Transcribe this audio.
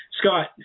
Scott